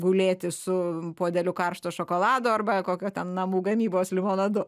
gulėti su puodeliu karšto šokolado arba kokio ten namų gamybos limonadu